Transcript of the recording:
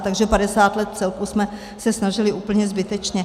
Takže padesát let v celku jsme se snažili úplně zbytečně.